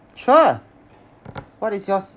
sure what is yours